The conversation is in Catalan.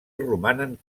romanen